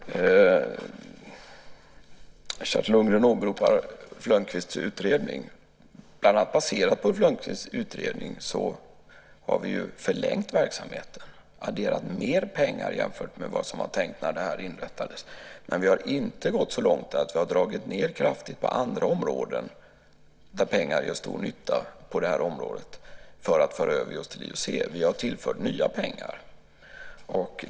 Herr talman! Kerstin Lundgren åberopar Ulf Lönnqvists utredning. Bland annat baserat på Ulf Lönnqvists utredning har vi förlängt tiden för verksamheten och adderat mer pengar jämfört med vad som var tänkt när det här inrättades. Men vi har inte gått så långt att vi kraftigt har dragit ned på andra områden där pengar i sammanhanget gör stor nytta för att föras över just till IUC. Vi har tillfört nya pengar.